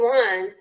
one